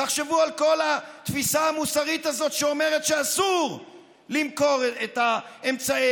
תחשבו על כל התפיסה המוסרית הזאת שאומרת שאסור למכור את אמצעי